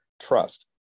trust